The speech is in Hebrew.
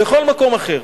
וכל מקום אחר.